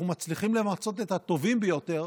אנחנו מצליחים למצות את הטובים ביותר,